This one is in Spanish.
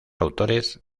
autores